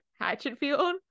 Hatchetfield